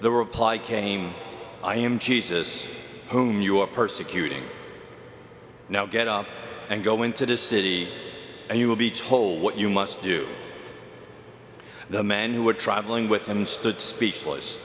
the reply came i am jesus whom you are persecuting now get up and go into this city and you will be told what you must do the men who were traveling with him stood speechless